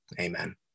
amen